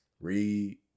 read